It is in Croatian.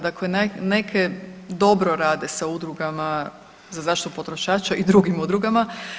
Dakle, neke dobro rade sa udrugama za zaštitu potrošača i drugim udrugama.